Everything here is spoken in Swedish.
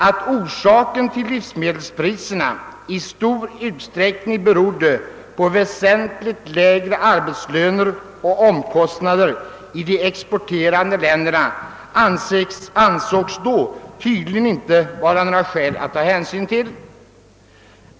Att orsakerna till att priserna på importerade livsmedel i stor utsträckning var väsentligt lägre arbetslöner och omkostnader i de exporterande länderna ansågs tydligen inte vara något att ta hänsyn till.